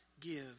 give